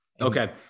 okay